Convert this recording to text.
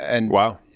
Wow